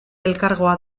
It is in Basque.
elkargoa